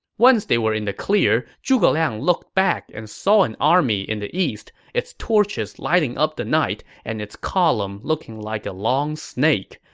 once they were in the clear, zhuge liang looked back and saw an army in the east, its torches lighting up the night and its column looking like a long snake.